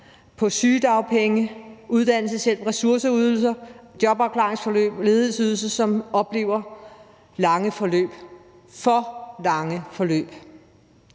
på sygedagpenge, uddannelseshjælp, ressourceydelser, jobafklaringsforløb, ledighedsydelse, som oplever lange forløb, for lange forløb.